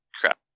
Crap